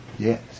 Yes